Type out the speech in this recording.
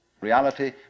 reality